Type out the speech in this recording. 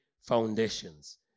foundations